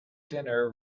dinner